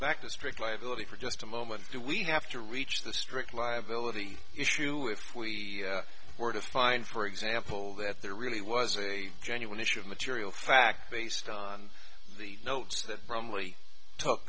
back to strict liability for just a moment do we have to reach the strict liability issue if we were to find for example that there really was a genuine issue of material fact based on the notes that brumley talk